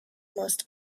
most